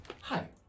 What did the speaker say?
Hi